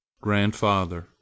Grandfather